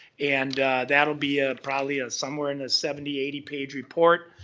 and that'll be ah probably ah somewhere in the seventy, eighty page report.